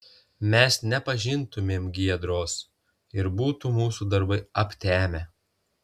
mes nepažintumėm giedros ir būtų mūsų darbai aptemę